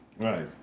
right